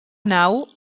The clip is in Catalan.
nau